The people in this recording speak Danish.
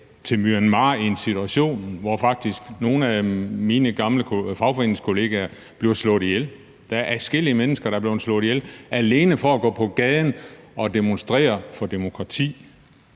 til Myanmar i en situation, hvor faktisk nogle af mine gamle fagforeningskollegaer bliver slået ihjel? Der er adskillige mennesker, der er blevet slået ihjel alene for at gå på gaden og demonstrere for demokrati.